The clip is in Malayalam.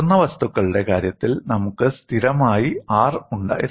പൊട്ടുന്ന വസ്തുക്കളുടെ കാര്യത്തിൽ നമുക്ക് സ്ഥിരമായി R ഉണ്ടായിരുന്നു